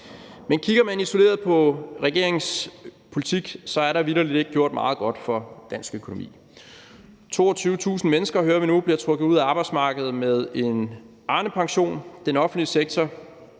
Men kigger man isoleret på regeringens politik, er der vitterlig ikke gjort meget godt for dansk økonomi. 22.000 mennesker, hører vi nu, bliver trukket ud af arbejdsmarkedet med en Arnepension, den offentlige sektor